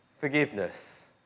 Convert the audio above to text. forgiveness